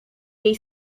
jej